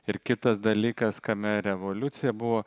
ir kitas dalykas kame revoliucija buvo